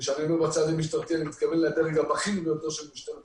וכשאני אומר בצד המשטרתי אני מתכוון לדרג הבכיר ביותר של משטרת ישראל,